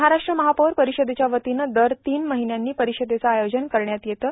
महाराष्ट्र महापौर परिषदेच्या वतीनं दर तीन महिन्यानी परिषदेचं आयोजन करण्यात येतं